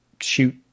shoot